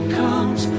comes